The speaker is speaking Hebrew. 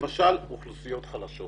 למשל באוכלוסיות חלשות